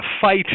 fight